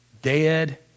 dead